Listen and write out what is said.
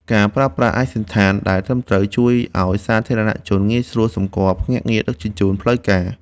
ការប្រើប្រាស់ឯកសណ្ឋានដែលត្រឹមត្រូវជួយឱ្យសាធារណជនងាយស្រួលសម្គាល់ភ្នាក់ងារដឹកជញ្ជូនផ្លូវការ។